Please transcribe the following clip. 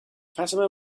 fatima